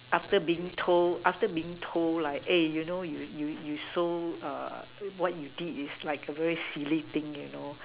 after being told after being told like eh you know you you so what you did is like a very silly thing